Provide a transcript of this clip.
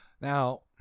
Now